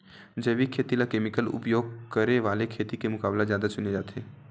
जैविक खेती ला केमिकल उपयोग करे वाले खेती के मुकाबला ज्यादा चुने जाते